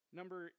number